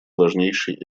важнейший